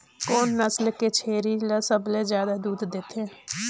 कोन नस्ल के छेरी ल सबले ज्यादा दूध देथे?